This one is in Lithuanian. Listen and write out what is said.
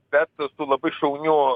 bet labai šauniu